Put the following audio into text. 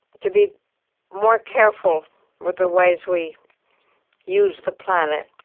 to be more careful with the ways we use the planet,